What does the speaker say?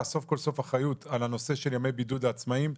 סוף כל סוף אחריות על הנושא של ימי בידוד לעצמאים.